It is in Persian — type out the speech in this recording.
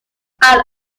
الان